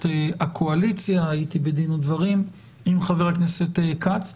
הקואליציה והייתי בדין ודברים עם חבר הכנסת כץ.